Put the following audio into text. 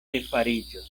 refariĝos